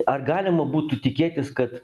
ar galima būtų tikėtis kad